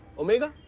omega?